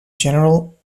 general